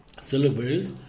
Syllables